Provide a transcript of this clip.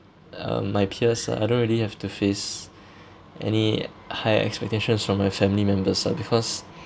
uh my peers ah I don't really have to face any high expectations from my family members ah because